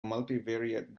multivariate